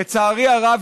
לצערי הרב,